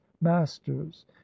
masters